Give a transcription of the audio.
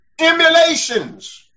emulations